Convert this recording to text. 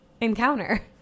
encounter